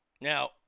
Now